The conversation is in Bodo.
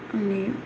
आंनि